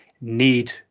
need